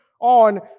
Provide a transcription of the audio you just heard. on